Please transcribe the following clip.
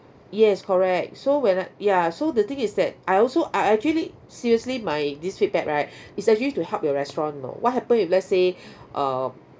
yes correct so when I ya so the thing is that I also I actually seriously my this feedback right is actually to help your restaurant you know what happen if let's say uh